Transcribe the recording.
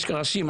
יש ראשים,